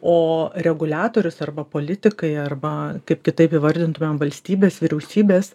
o reguliatorius arba politikai arba kaip kitaip įvardintumėm valstybės vyriausybės